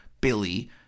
Billy